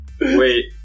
Wait